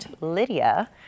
Lydia